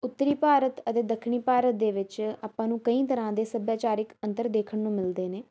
ਉੱਤਰੀ ਭਾਰਤ ਅਤੇ ਦੱਖਣੀ ਭਾਰਤ ਦੇ ਵਿੱਚ ਆਪਾਂ ਨੂੰ ਕਈ ਤਰ੍ਹਾਂ ਦੇ ਸੱਭਿਆਚਾਰਿਕ ਅੰਤਰ ਦੇਖਣ ਨੂੰ ਮਿਲਦੇ ਨੇ